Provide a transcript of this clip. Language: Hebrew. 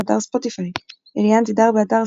באתר ספוטיפיי אליאנה תדהר,